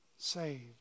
saved